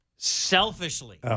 selfishly